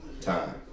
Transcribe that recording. time